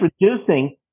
reducing